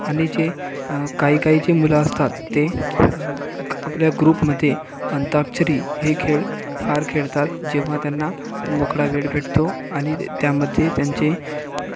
आणि जे काही काही जे मुलं असतात ते आपल्या ग्रुपमध्ये अंताक्षरी हे खेळ फार खेळतात जेव्हा त्यांना मोकळा वेळ भेटतो आणि त्यामध्ये त्यांचे